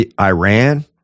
Iran